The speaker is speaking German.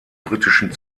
britischen